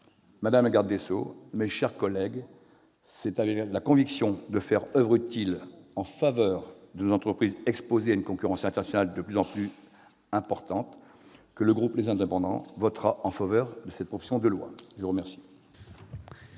Madame la garde des sceaux, mes chers collègues, c'est avec la conviction de faire oeuvre utile en faveur de nos entreprises, exposées à une concurrence internationale de plus en plus importante, que le groupe Les Indépendants votera en faveur de cette proposition de loi. La parole